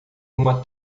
uma